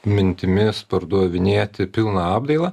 mintimis pardavinėti pilna apdaila